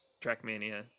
Trackmania